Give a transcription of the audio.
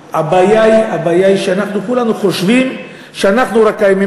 אבל הבעיה היא שאנחנו כולנו חושבים שרק אנחנו קיימים